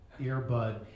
earbud